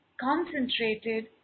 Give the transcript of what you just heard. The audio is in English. concentrated